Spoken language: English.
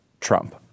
Trump